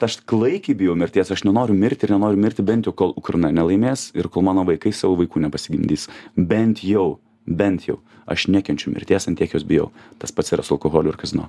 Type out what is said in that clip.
aš klaikiai bijau mirties aš nenoriu mirti ir nenoriu mirti bent jau kol ukraina nelaimės ir kol mano vaikai savo vaikų nepasigimdys bent jau bent jau aš nekenčiu mirties ant tiek jos bijau tas pats yra su alkoholiu ir kazino